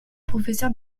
professeur